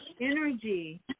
energy